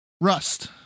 Rust